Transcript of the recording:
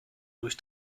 durch